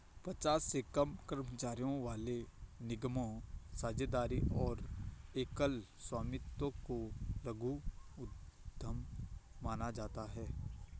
पचास से कम कर्मचारियों वाले निगमों, साझेदारी और एकल स्वामित्व को लघु उद्यम माना जाता है